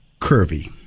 curvy